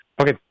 Okay